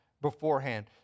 beforehand